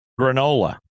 Granola